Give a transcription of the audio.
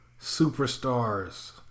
superstars